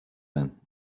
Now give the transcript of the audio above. been